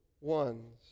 ones